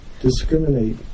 discriminate